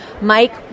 mike